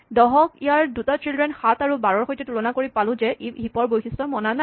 ১০ ক ইয়াৰ দুটা চিল্ড্ৰেন ৭ আৰু ১২ ৰ সৈতে তুলনা কৰি পালো যে ই হিপ ৰ বৈশিষ্ট মানি চলা নাই